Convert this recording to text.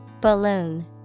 Balloon